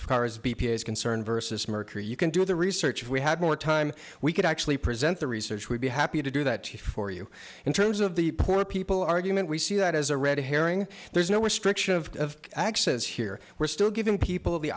is concerned versus mercury you can do the research if we had more time we could actually present the research we'd be happy to do that for you in terms of the poor people argument we see that as a red herring there's no restriction of access here we're still giving people the